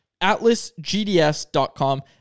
atlasgds.com